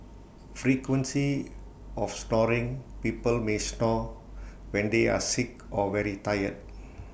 frequency of snoring people may snore when they are sick or very tired